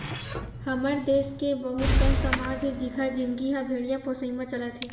हमर देस के बहुत कन समाज हे जिखर जिनगी ह भेड़िया पोसई म चलत हे